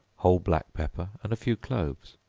whole black pepper and a few cloves,